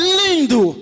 lindo